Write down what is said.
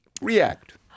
react